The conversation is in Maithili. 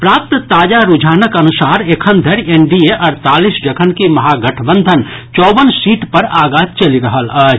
प्राप्त ताजा रूझानक अनुसार एखन धरि एनडीए अड़तालीस जखनकि महागठबंधन चौवन सीट पर आगा चलि रहल अछि